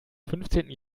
fünfzehnten